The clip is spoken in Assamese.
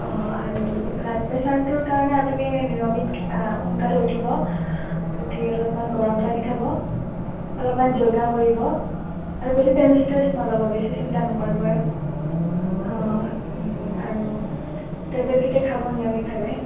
অঁ আৰু ব্লাড প্ৰেচাৰটোৰ কাৰণে নিয়মিত সোনকালে উঠিব উঠি অলপমান গৰম পানী খাব অলপমান যোগা কৰিব আৰু বেছি ষ্ট ষ্ট্ৰেচ নল'ব বেছি চিন্তা নকৰিব আৰু টেবলেটকেইটা খাব নিয়মিতভাৱে